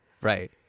right